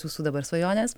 jūsų dabar svajonės